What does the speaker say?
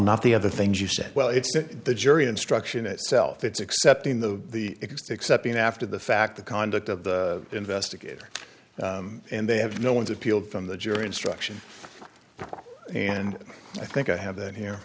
not the other things you said well it's the jury instruction itself it's accepting the exception after the fact the conduct of the investigator and they have no one's appealed from the jury instruction and i think i have that here